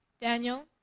Daniel